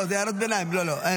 לא, זה הערות ביניים, לא, לא, אין.